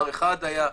R1 היה,